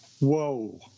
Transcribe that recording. whoa